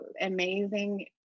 amazing